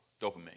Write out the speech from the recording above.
Dopamine